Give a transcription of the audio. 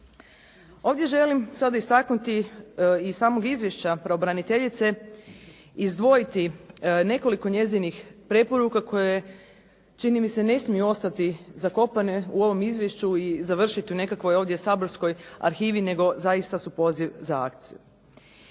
Ovdje želim sada istaknuti, iz samog izvješća pravobraniteljice izdvojiti nekoliko njezinih preporuka koje, čini mi se, ne smiju ostati zakopane u ovom izvješću i završiti u nekakvoj ovdje saborskoj arhivi nego zaista su poziv za akciju.